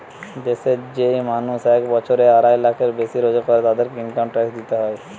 দেশের যেই মানুষ এক বছরে আড়াই লাখ টাকার বেশি রোজগার করের, তাদেরকে ইনকাম ট্যাক্স দিইতে হয়